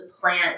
plant